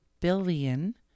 billion